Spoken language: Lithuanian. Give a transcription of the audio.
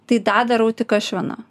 tai tą darau tik aš viena